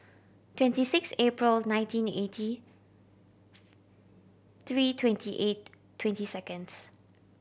twenty six April nineteen eighty three twenty eight twenty seconds